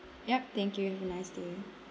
yup thank you have a nice day